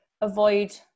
avoid